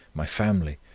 my family,